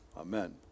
Amen